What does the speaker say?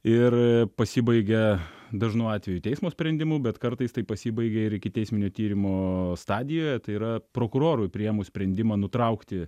ir pasibaigia dažnu atveju teismo sprendimu bet kartais tai pasibaigia ir ikiteisminio tyrimo stadijoje tai yra prokurorui priėmus sprendimą nutraukti